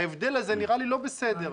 ההבדל הזה נראה לי לא בסדר.